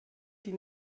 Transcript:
die